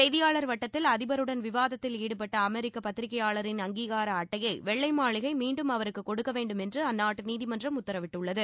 செய்தியாளர் வட்டத்தில் அதிபருடன் விவாதத்தில் ஈடுபட்ட அமெரிக்க பத்திரிகையாளரின் அங்கீகார அட்டையை வெள்ளை மாளிகை மீண்டும் அவருக்கு கொடுக்க வேண்டும் என்று அந்நாட்டு நீதிமன்றம் உத்தரவிட்டுள்ளது